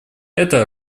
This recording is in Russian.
это